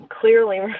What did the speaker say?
clearly